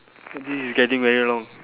this is getting very long